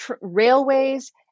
railways